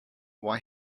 why